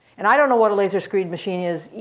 and i don't know what a laser screed machine is,